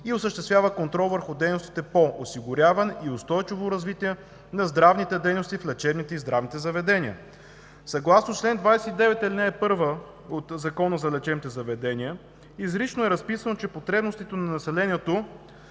и осъществява контрол върху дейностите по осигуряване и устойчиво развитие на здравните дейности в лечебните и здравните заведения. Съгласно чл. 29, ал. 1 от Закона за лечебните заведения изрично е разписано, че потребностите на населението